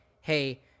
hey